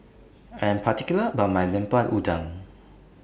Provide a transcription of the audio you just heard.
I'm particular about My Lemper Udang